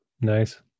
Nice